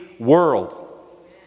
world